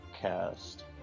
cast